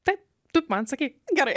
taip tu man sakyk gerai